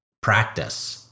practice